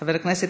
חבר הכנסת